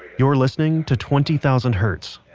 you're listening to twenty thousand hertz.